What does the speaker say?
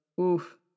Oof